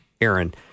Aaron